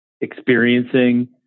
experiencing